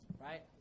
right